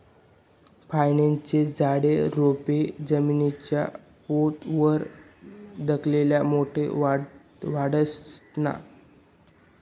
फयेस्ना झाडे, रोपे जमीनना पोत वर धाकला मोठा वाढतंस ना?